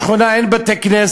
בשכונה אין בתי-כנסת.